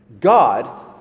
God